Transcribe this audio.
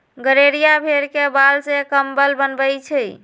गड़ेरिया भेड़ के बाल से कम्बल बनबई छई